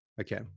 okay